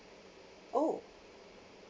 oh